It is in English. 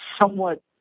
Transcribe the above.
somewhat